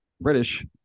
British